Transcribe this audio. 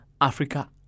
Africa